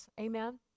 Amen